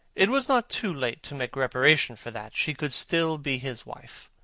it was not too late to make reparation for that. she could still be his wife.